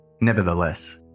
Nevertheless